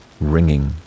ringing